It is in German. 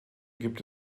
gibt